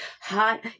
Hot